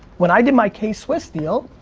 when i did my k-swiss deal,